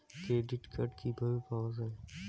Credit card কিভাবে পাওয়া য়ায়?